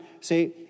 See